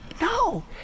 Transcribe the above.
No